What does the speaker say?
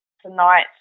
tonight